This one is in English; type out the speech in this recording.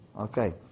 Okay